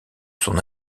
son